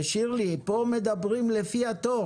שירלי, את אחרי מקלב .